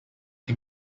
can